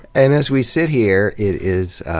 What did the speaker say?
and as we sit here, it is